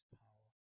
power